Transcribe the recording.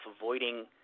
avoiding